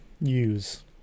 use